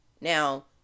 Now